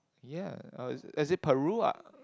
ya or is it is it Peru ah